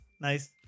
Nice